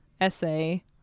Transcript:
essay